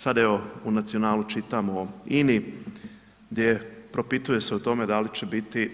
Sada evo u Nacionalu čitamo o INA-i gdje propituje se o tome da li će biti